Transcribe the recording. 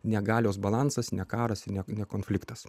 ne galios balansas ne karas ne ne konfliktas